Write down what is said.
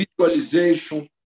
visualization